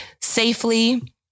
safely